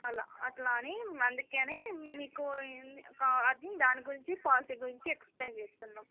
అలా అట్లాని అందుకని మీకు అది దాని గురించి పాలసీ గురించి ఎక్స్ప్లేయిన్ చేస్తున్నాం